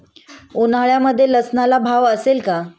उन्हाळ्यामध्ये लसूणला भाव असेल का?